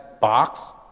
box